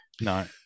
No